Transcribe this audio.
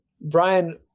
brian